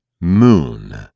Moon